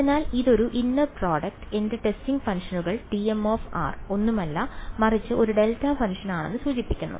അതിനാൽ ഇതൊരു inner product എന്റെ ടെസ്റ്റിംഗ് ഫംഗ്ഷനുകൾ tm ഒന്നുമല്ല മറിച്ച് ഒരു ഡെൽറ്റ ഫംഗ്ഷൻ ആണെന്ന് സൂചിപ്പിക്കുന്നു